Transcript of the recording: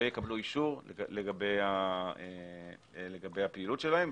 והן יקבלו אישור לגבי הפעילות שלהן,